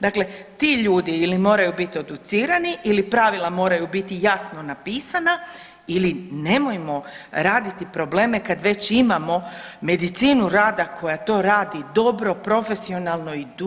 Dakle, ti ljudi ili moraju biti educirani ili pravila moraju biti jasno napisana ili nemojmo raditi probleme kad već imamo medicinu rada koja to radi dobro, profesionalno i dugi niz godina.